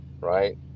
right